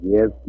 Yes